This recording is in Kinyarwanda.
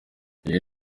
iyi